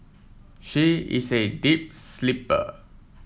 she is a deep sleeper